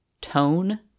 tone